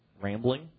rambling